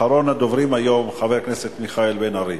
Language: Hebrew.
אחרון הדוברים היום, חבר הכנסת מיכאל בן-ארי.